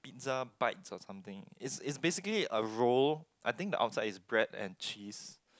pizza bites or something it's it's basically a roll I think the outside is bread and cheese